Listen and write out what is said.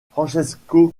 francesco